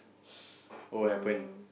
um